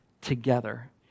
together